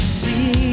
see